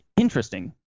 Interesting